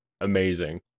amazing